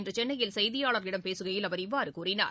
இன்று சென்னையில் செய்தியாளர்களிடம் பேசுகையில் அவர் இவ்வாறு கூறினார்